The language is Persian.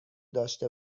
داشته